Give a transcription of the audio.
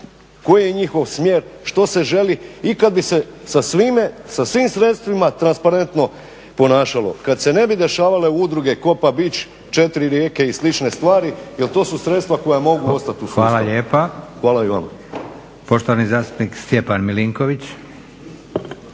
koji je njihov smjer, što se želi. I kad bi se sa svime, sa svim sredstvima transparentno ponašalo, kad se ne bi dešavale udruge Kopa Beach, četiri rijeke i slične stvari jer to su sredstva koja mogu ostati u sustavu. **Leko, Josip (SDP)** Hvala lijepa. **Novak,